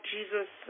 Jesus